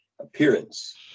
appearance